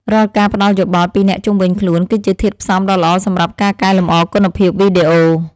រាល់ការផ្តល់យោបល់ពីអ្នកជុំវិញខ្លួនគឺជាធាតុផ្សំដ៏ល្អសម្រាប់ការកែលម្អគុណភាពវីដេអូ។